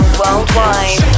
worldwide